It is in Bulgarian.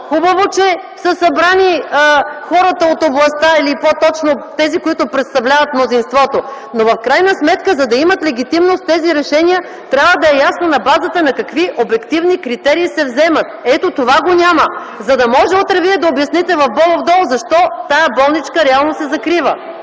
Хубаво, че са събрани хора от областта или по-точно тези, които представляват мнозинството, но в крайна сметка, за да имат легитимност тези решения, трябва да е ясно на базата на какви обективни критерии се вземат. Ето това го няма. За да може утре вие да обясните в Бобов дол защо тази болничка реално се закрива,